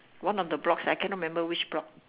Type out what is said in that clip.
one of the blocks I cannot remember which block